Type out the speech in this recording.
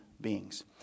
beings